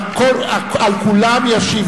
על כולם ישיב,